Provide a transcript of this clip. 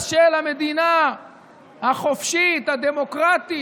הלגיטימציה של המדינה החופשית, הדמוקרטית,